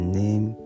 name